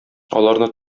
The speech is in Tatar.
аларны